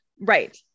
right